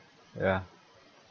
ya